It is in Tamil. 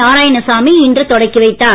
நாராயணசாமி இன்று தொடங்கிவைத்தார்